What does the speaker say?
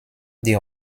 die